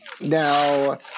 Now